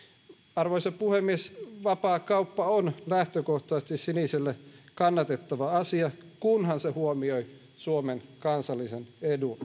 arvoisa puhemies vapaakauppa on lähtökohtaisesti sinisille kannatettava asia kunhan se huomioi suomen kansallisen edun